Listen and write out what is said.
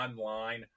online